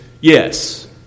yes